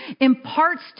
imparts